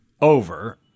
over